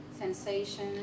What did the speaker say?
sensation